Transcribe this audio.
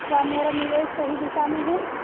क्या मेरा निवेश सही दिशा में है?